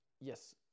Yes